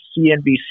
CNBC